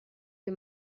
que